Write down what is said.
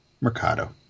Mercado